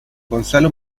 gonzalo